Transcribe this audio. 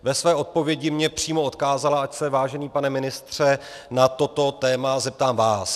Ve své odpovědi mě přímo odkázala, ať se, vážený pane ministře, na toto téma zeptám vás.